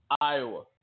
Iowa